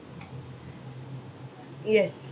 yes